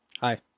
Hi